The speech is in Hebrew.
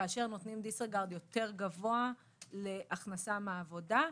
כאשר נותנים דיסריגרד יותר גבוה להכנסה מעבודה.